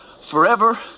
forever